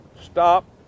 Stop